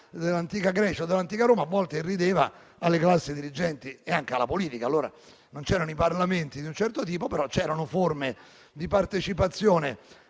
dell'antica Grecia e dell'antica Roma alle volte irrideva quindi la classe dirigente e anche la politica. Allora non c'erano i parlamenti di un certo tipo, ma forme di partecipazione